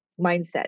mindset